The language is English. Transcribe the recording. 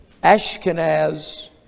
Ashkenaz